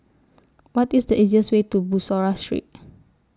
What IS The easiest Way to Bussorah Street